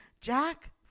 Jack